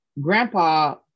grandpa